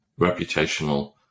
Reputational